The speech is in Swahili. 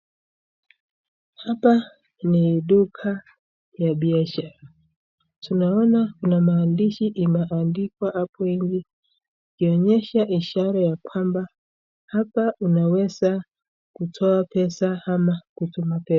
Hapa ni duka ya biashara. Tunaona kuna maandishi imeandikwa hapo nje ikionyesha ishara ya kwamba hapa unaweza kutoa pesa ama kutuma pesa.